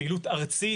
פעילות ארצית,